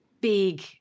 big